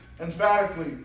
emphatically